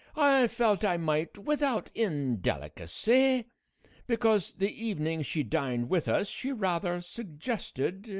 i felt i might, without indelicacy, because the evening she dined with us she rather suggested.